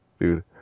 dude